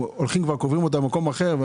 הולכים לקבור את האישה במקום אחר.